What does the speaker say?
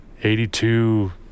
82